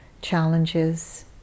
challenges